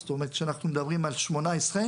זאת אומרת שאנחנו מדברים על 2018,